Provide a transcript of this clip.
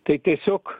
tai tiesiog